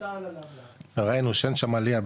סרטן --- ראינו שאין שם עלייה,